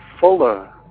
fuller